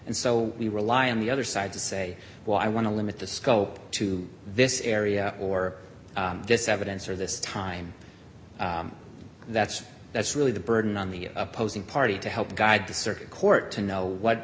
and so we rely on the other side to say well i want to limit the scope to this area or this evidence or this time that's that's really the burden on the opposing party to help guide the circuit court to know what